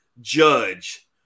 judge